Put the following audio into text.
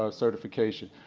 ah certification.